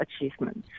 achievements